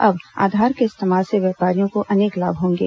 अब आधार के इस्तेमाल से व्यापारियों को अनेक लाभ होंगे